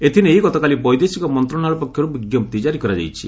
ଏଥିନେଇ ଗତକାଲି ବୈଦେଶିକ ମନ୍ତ୍ରଣାଳୟ ପକ୍ଷରୁ ବିଜ୍ଞପ୍ତି ଜାରି କରାଯାଇଛି